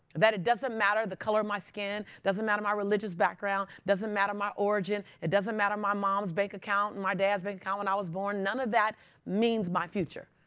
that it doesn't matter the color of my skin, doesn't matter my religious background, doesn't matter my origin. it doesn't matter my mom's bank account and my dad's bank account when i was born. none of that means my future.